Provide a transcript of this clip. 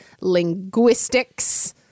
linguistics